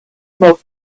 more